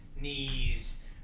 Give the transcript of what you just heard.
knees